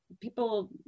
people